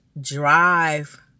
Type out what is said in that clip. drive